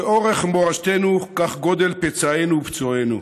כאורך מורשתנו כך גודל פצעינו ופצועינו.